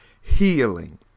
healing